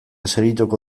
segituko